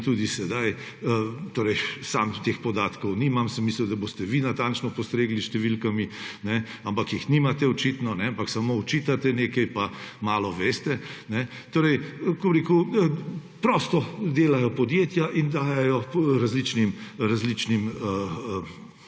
Tudi sedaj. Torej sam teh podatkov nimam, sem mislil, da boste vi natančno postregli s številkami, ampak jih nimate očitno, ampak samo očitate nekaj, pa malo veste. Torej, kako bi rekel, prosto delajo podjetja in dajejo različnim, kako bi